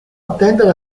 attendere